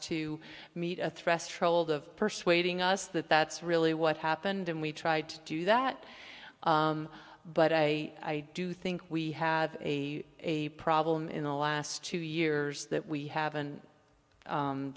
to meet a threshold of persuading us that that's really what happened and we tried to do that but i do think we have a a problem in the last two years that we haven't